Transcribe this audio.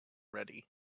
ready